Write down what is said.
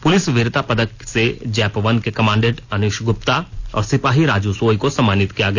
police वीरता पदक से जैप वन के कमांडेंट अनीश गुप्ता और सिपाही राजू सोय को सम्मानित किया गया